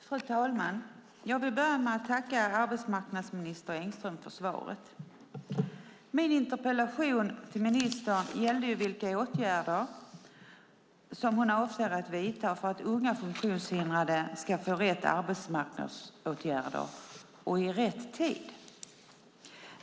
Fru talman! Jag vill börja med att tacka arbetsmarknadsminister Engström för svaret. Min interpellation till ministern gällde vilka åtgärder hon avser att vidta för att unga funktionshindrade ska få rätt arbetsmarknadsåtgärder och i rätt tid.